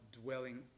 dwelling